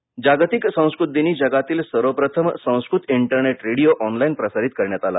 संस्कृत कालच्या जागतिक संस्कृत दिनी जगातील सर्वप्रथम संस्कृत इंटेरनेट रेड़िओ ऑनलाईन प्रसारित करण्यात आला